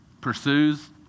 Pursues